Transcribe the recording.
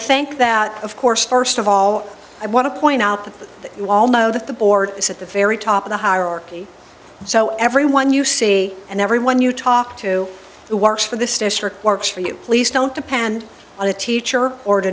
think that of course first of all i want to point out that you all know that the board is at the very top of the hierarchy so everyone you see and everyone you talk to who works for this district works for you please don't depend on a teacher or